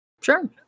Sure